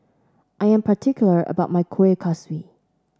I am particular about my Kueh Kaswi